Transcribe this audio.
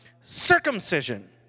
circumcision